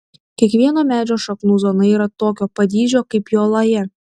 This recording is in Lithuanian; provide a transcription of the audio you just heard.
kiekvieno medžio šaknų zona yra tokio pat dydžio kaip jo laja